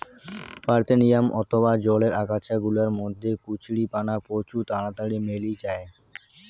parthenium অথবা জলের আগাছা গুলার মধ্যে কচুরিপানা প্রচুর তাড়াতাড়ি মেলি জায়